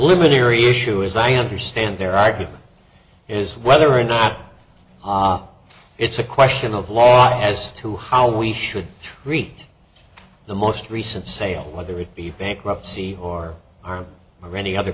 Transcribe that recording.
preliminary issue as i understand their argument is whether or not it's a question of law as to how we should treat the most recent sale whether it be bankruptcy or arm or any other